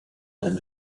him